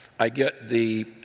i guess the